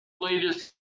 latest